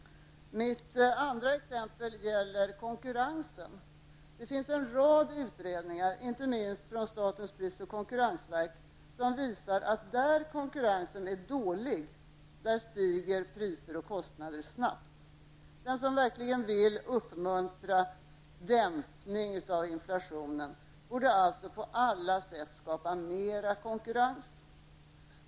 Mitt andra exempel gäller konkurrensen. Det finns en rad utredningar, inte minst från statens pris och konkurrensverk, som visar att där konkurrensen är dålig stiger kostnader och priser snabbt. Den som verkligen vill uppmuntra en dämpning av inflationen borde alltså på alla sätt skapa mer konkurrens.